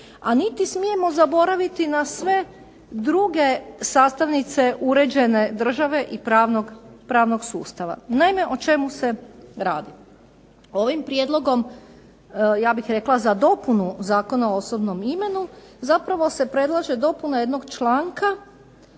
a niti smijemo zaboraviti na sve druge sastavnice uređene države i pravnog sustava. Naime, o čemu se radi? Ovim prijedlogom, ja bih rekla za dopunu Zakona o osobnom imenu, zapravo se predlaže dopuna jednog članka